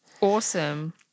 Awesome